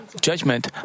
judgment